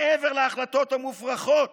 מעבר להחלטות המופרכות